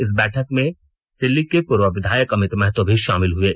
इस बैठक में सिल्ली के पूर्व विधायक अमित महतो भी शामिल हुये